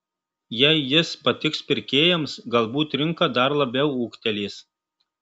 jei jis patiks pirkėjams galbūt rinka dar labiau ūgtelės